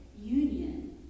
union